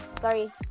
sorry